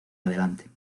adelante